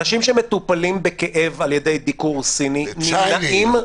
אנשים שמטופלים בכאב על ידי דיקור סיני,